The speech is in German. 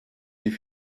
die